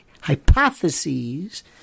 hypotheses